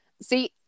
See